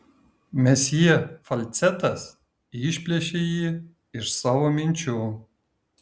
mesjė falcetas išplėšė jį iš savo minčių